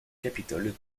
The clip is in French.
capitol